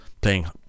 playing